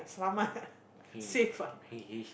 safe ah